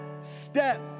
step